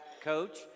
coach